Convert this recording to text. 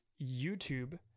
YouTube